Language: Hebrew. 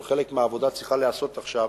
אבל חלק מהעבודה צריכה להיעשות עכשיו